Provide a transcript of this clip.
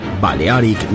Balearic